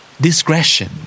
Discretion